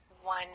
one